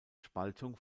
spaltung